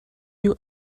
you